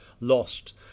lost